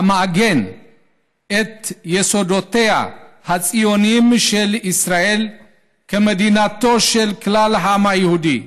המעגן את יסודותיה הציוניים של ישראל כמדינתו של כלל העם היהודי,